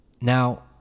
Now